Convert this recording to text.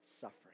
suffering